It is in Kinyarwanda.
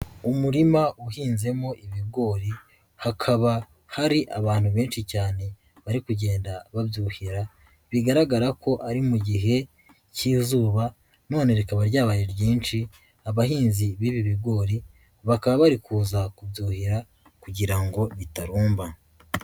Umurima uhinzemo ibigori hakaba hari abantu benshi cyane bari kugenda babyuhira, bigaragara ko ari mu gihe k'izuba none rikaba ryabaye ryinshi, abahinzi b'ibi bigori bakaba bari kuza kubyuhira kugira ngo bitarumba.